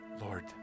Lord